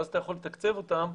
ואז אתה יכול לתקצב אותן.